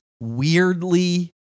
weirdly